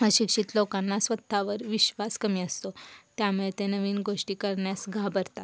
अशिक्षित लोकांना स्वत वर विश्वास कमी असतो त्यामुळे ते नवीन गोष्टी करण्यास घाबरतात